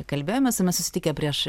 kalbėjomės susitikę prieš